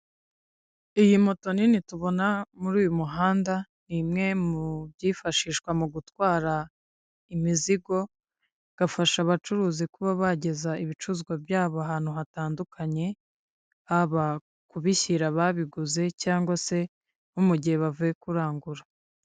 Iyi moto nini tubona muri uyu muhanda, ni imwe mu byifashishwa mu gutwara imizigo igafasha abacuruzi kuba bageza ibicuruzwa byabo ahantu hatandukanye, haba kubishyira babiguze cyangwa se nko mu gihe bavuye kurangura.